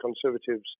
Conservatives